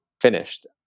finished